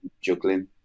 juggling